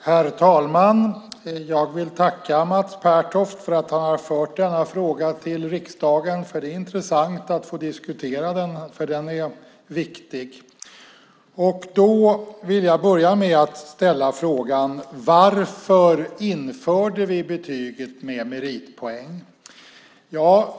Herr talman! Jag vill tacka Mats Pertoft för att han har fört denna fråga till riksdagen. Det är intressant att få diskutera den. Den är viktig. Jag vill börja med att ställa frågan: Varför införde vi betyg med meritpoäng?